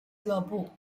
俱乐部